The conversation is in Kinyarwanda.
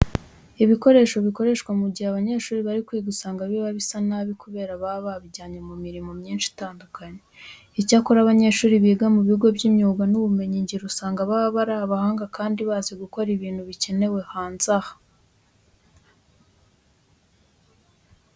Ibikoresho bikoreshwa mu gihe abanyeshuri bari kwiga usanga biba bisa nabi kubera ko baba babijyanye mu mirimo myinshi itandukanye. Icyakora abanyeshuri biga mu bigo by'imyuga n'ubumenyingiro usanga baba ari abahanga kandi bazi gukora ibintu bikenewe hanze aha.